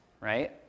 right